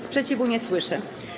Sprzeciwu nie słyszę.